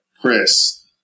Chris